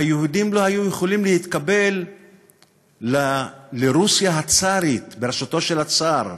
והיהודים לא היו יכולים להתקבל לרוסיה הצארית בראשותו של הצאר.